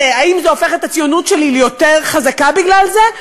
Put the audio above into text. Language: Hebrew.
האם זה הופך את הציונות שלי ליותר חזקה בגלל זה?